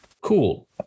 cool